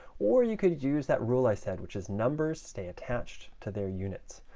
or you could use that rule i said, which is numbers stay attached to their units.